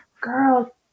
Girl